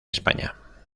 españa